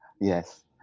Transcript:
Yes